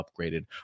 upgraded